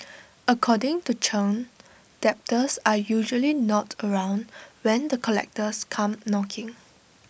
according to Chen debtors are usually not around when the collectors come knocking